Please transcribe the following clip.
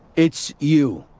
it's you.